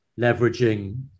leveraging